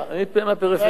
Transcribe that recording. אני מהפריפריה.